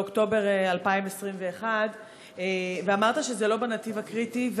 באוקטובר 2021. ואמרת שזה לא בנתיב הקריטי,